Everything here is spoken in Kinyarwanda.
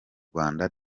rwanda